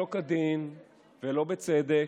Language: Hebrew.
שלא כדין ולא בצדק,